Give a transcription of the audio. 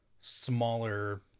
smaller